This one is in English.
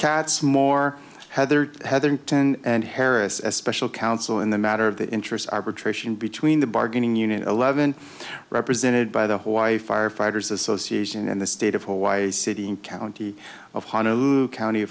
cats more heather hetherington and harris as special counsel in the matter of the interest arbitration between the bargaining unit eleven represented by the hawaii firefighters association and the state of hawaii city and county of honolulu county